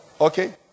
okay